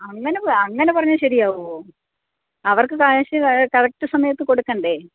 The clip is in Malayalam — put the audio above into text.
അങ്ങനെ അങ്ങനെ പറഞ്ഞാൽ ശരിയാകുമോ അവർക്ക് ക്യാഷ് കറക്റ്റ് സമയത്ത് കൊടുക്കേണ്ടേ